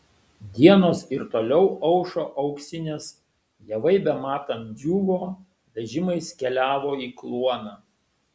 dienos ir toliau aušo auksinės javai bematant džiūvo vežimais keliavo į kluoną